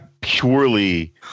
purely